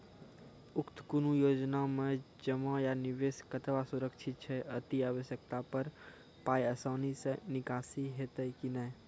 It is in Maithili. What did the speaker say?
उक्त कुनू योजना मे जमा या निवेश कतवा सुरक्षित छै? अति आवश्यकता पर पाय आसानी सॅ निकासी हेतै की नै?